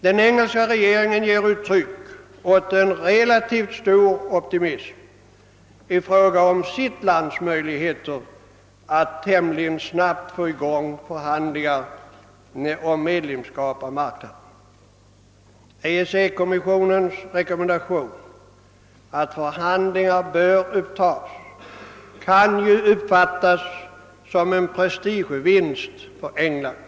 Den engelska regeringen ger uttryck åt en relativt stor optimism i fråga om sitt lands möjligheter att tämligen snabbt få i gång förhandlingar om medlemskap i Gemensamma marknaden. EEC-kommissionens rekommendation att förhandlingar bör upptas kan ju uppfattas som en prestigevinst för England.